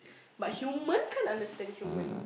but human can't understand human